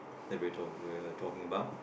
that we are talk uh talking about